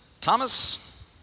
Thomas